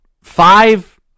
five